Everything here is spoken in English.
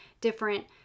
different